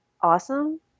awesome